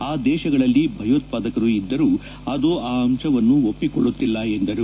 ಆ ದೇಶಗಳಲ್ಲಿ ಭಯೋತ್ಪಾದಕರು ಇದ್ದರೂ ಅದು ಆ ಅಂಶವನ್ನು ಒಪ್ಪಿಕೊಳ್ಳುತ್ತಿಲ್ಲ ಎಂದರು